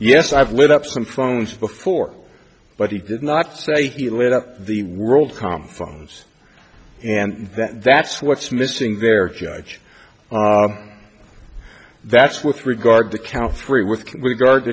yes i've lit up some phones before but he did not say he lit up the worldcom phone and that's what's missing there judge that's with regard to count three with regard to